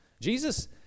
Jesus